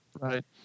Right